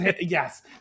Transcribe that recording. yes